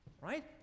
right